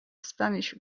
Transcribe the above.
spanish